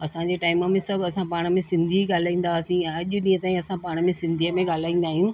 असांजे टाइम में सभु असां पाण में सिंधी ई ॻाल्हाईंदा हुआसीं अॼु ॾींहुं ताईं असां पाण में सिंधीअ में ॻाल्हाईंदा आहियूं